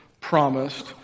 promised